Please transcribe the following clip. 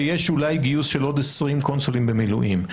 ויש אולי גיוס של עוד 20 קונסולים במילואים.